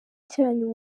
cyanyu